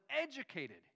educated